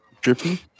Drippy